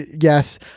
yes